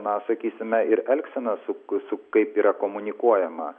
na sakysime ir elgsena su su kaip yra komunikuojama